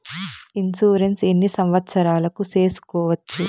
Insurance ఎన్ని సంవత్సరాలకు సేసుకోవచ్చు?